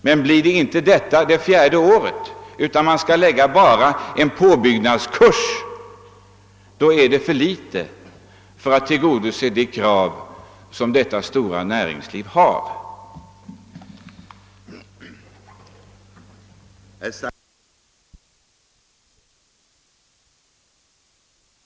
Men om detta inte blir fallet det fjärde året, utan endast en påbyggnadskurs skall läggas på gymnasieutbildningen, kan inte de krav, som detta stora område inom vårt näringsliv ställer, tillgodoses.